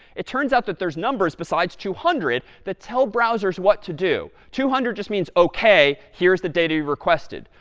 it turns out that there's numbers besides two hundred that tell browsers what to do. two hundred just means ok, here's the data we requested.